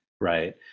right